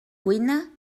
cuina